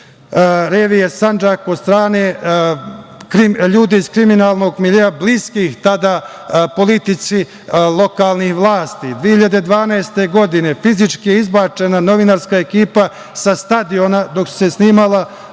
Revije Sandžak od strane ljudi iz kriminalnog miljea bliskih tada politici lokalnih vlasti. Godine 2012. fizički je izbačena novinarska ekipa sa stadiona dok se snimala